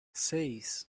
seis